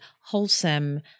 wholesome